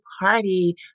party